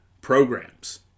programs